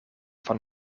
van